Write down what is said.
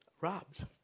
robbed